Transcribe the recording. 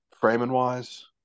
framing-wise